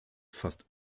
fast